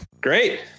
Great